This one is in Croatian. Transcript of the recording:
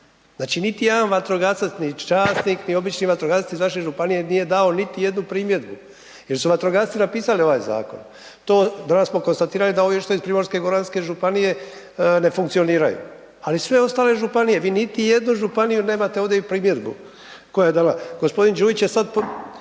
Znači niti jedan vatrogasac nit časnik ni običan vatrogasci iz vaše županije nije dao niti jednu primjedbu jer su vatrogasci napisali ovaj zakon. Danas smo konstatirali da .../Govornik se ne razumije./... iz Primorsko-goranske županije ne funkcioniraju ali sve ostale županije, vi niti jednu županiju nemate ovdje primjedbu koja je dala. G. Đujić je sad